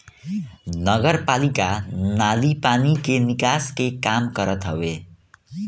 नगरपालिका नाली पानी कअ निकास के काम करत हवे